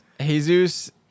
Jesus